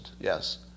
yes